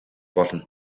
болно